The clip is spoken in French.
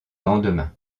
lendemain